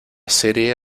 serie